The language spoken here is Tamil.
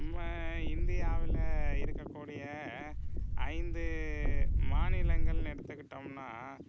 நம்ம இந்தியாவில் இருக்கக்கூடிய ஐந்து மாநிலங்கள்னு எடுத்துக்கிட்டோம்னால்